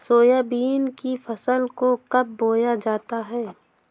Soybean की फसल को कब बोया जाता है?